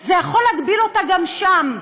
זה יכול להגביל אותה גם שם.